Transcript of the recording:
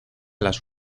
las